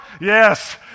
Yes